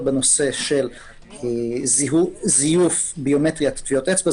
בנושא של זיוף ביומטריית טביעות אצבע.